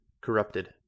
Corrupted